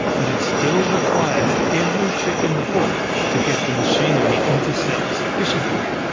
but it still requires every trick in the book to get the machinery into cells efficiently.